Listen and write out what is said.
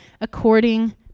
according